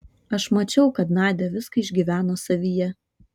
aš mačiau kad nadia viską išgyveno savyje